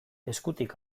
eskutik